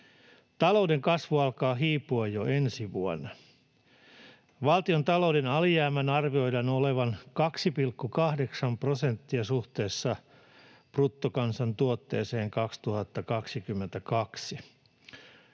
Talouden kasvu alkaa hiipua jo ensi vuonna. Valtiontalouden alijäämän arvioidaan olevan 2,8 prosenttia suhteessa bruttokansantuotteeseen 2022.